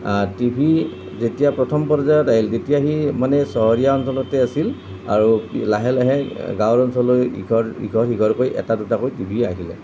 TV যেতিয়া প্ৰথম পৰ্যায়ত আহিল তেতিয়া সি মানে চহৰীয়া অঞ্চলতে আছিল আৰু লাহে লাহে গাঁৱৰ অঞ্চললৈ ইঘৰ ইঘৰ সিঘৰকৈ এটা দুটাকৈ টিভি আহিলে